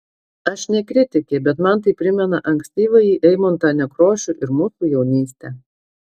aš ne kritikė bet man tai primena ankstyvąjį eimuntą nekrošių ir mūsų jaunystę